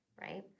right